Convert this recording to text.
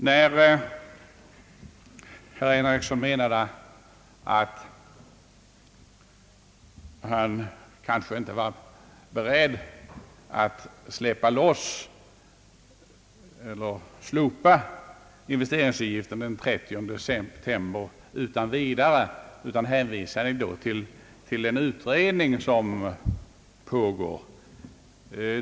Herr Einar Eriksson var inte beredd att utan vidare slopa investeringsavgiften den 30 september, utan hänvisade till den utredning som pågår.